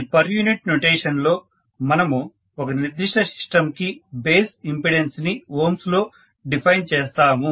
ఈ per unit notation లో మనము ఒక నిర్దిష్ట సిస్టమ్ కి బేస్ ఇంపెడెన్స్ ని ఓమ్స్ లో డిఫైన్ చేస్తాము